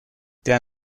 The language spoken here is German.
der